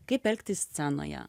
kaip elgtis scenoje